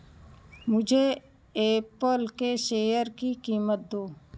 मुझे एपल के शेयर की कीमत दो